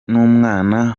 n’umwana